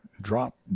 drop